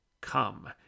come